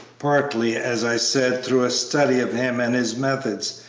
partly, as i said, through a study of him and his methods,